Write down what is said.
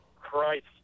Christ